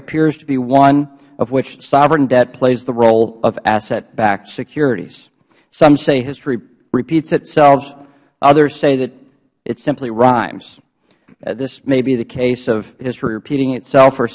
appears to be one of which sovereign debt plays the role of assetbacked securities some say history repeats itself others say that it simply rhymes this may be the case of history repeating itself or